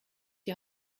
die